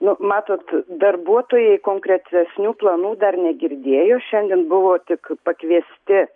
nu matot darbuotojai konkretesnių planų dar negirdėjo šiandien buvo tik pakviesti